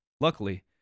Luckily